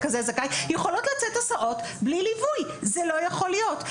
יכולות לצאת הסעות בלי ליווי, זה לא יכול להיות.